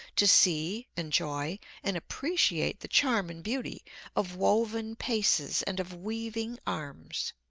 to see, enjoy and appreciate the charm and beauty of woven paces and of weaving arms.